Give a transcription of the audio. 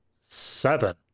seven